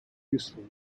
useful